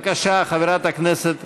בבקשה, חברת הכנסת